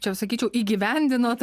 čia jau sakyčiau įgyvendinot